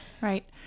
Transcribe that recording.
Right